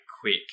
quick